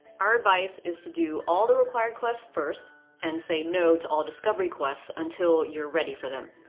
our advice is to do all the required quests first and say no to all discovery quests until you're ready for them.